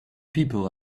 people